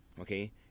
okay